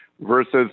versus